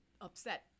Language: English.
upset